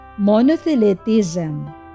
Monothelitism